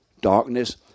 darkness